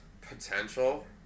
potential